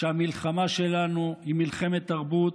שהמלחמה שלנו היא מלחמת תרבות,